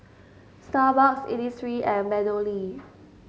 Starbucks Innisfree and MeadowLea